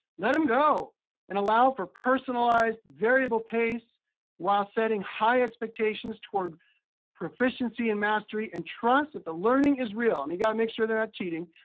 let em go and allow for personalized, variable pace while setting high expectations toward proficiency and mastery. and trust that the learning is real. i mean, you gotta make sure they're not cheating.